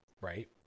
right